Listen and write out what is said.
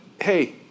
hey